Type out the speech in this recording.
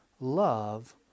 love